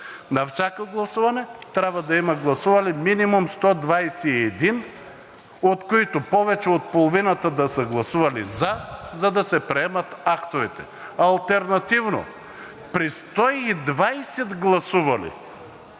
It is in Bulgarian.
на всяко гласуване трябва да има гласували минимум 121, от които повече от половината да са гласували за, за да се приемат актовете. Алтернативно при 120 гласували,